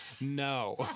no